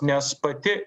nes pati